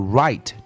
right